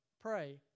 pray